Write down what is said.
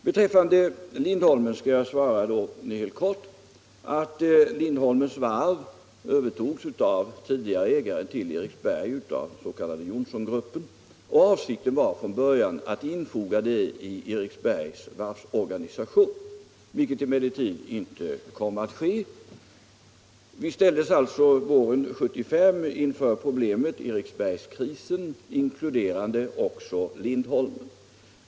Beträffande frågan om Lindholmens varv skall jag helt kort svara att detta övertogs från den tidigare ägaren, den s.k. Johnsongruppen, av Eriksbergsvarvet och att avsikten från början var att infoga det i Eriksbergs varvsorganisation, vilket emellertid inte kom att ske. Vi ställdes alltså våren 1975 inför problemet Eriksbergskrisen, vari också inkluderades Lindholmens varv.